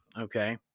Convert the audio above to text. Okay